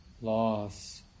loss